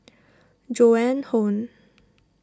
Joan Hon